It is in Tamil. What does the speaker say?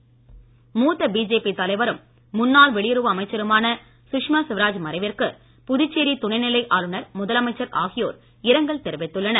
ழூத்த பிஜேபி தலைவரும் முன்னாள் வெளியுறவு அமைச்சருமான சுஷ்மா ஸ்வராஜ் மறைவிற்கு புதுச்சேரி துணைநிலை ஆளுநர் முதலமைச்சர் ஆகியோர் இரங்கல் தெரிவித்துள்ளனர்